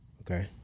Okay